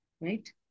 right